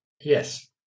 Yes